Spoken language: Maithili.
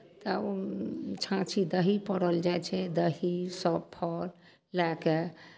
तऽ छाँछी दही पौड़ल जाइ छै दही सभ फल लए कऽ